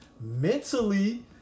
Mentally